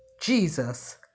jesus